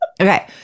Okay